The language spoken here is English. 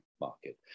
market